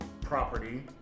property